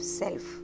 self